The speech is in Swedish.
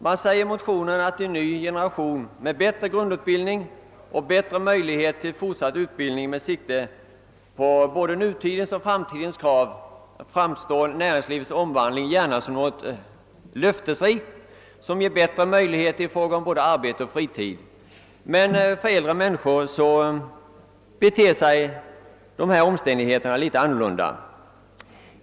Det heter i motionerna att för en ny generation med bättre grundutbildning och bättre möjligheter till fortsatt utbildning med sikte på både nutidens och framtidens krav framstår näringslivets omvandling gärna som något löftesrikt som ger bättre möjligheter i fråga om både arbete och fritid. Men för många äldre, som kan vänta att bli friställda och stå utan arbete, är situationen en helt annan.